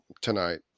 tonight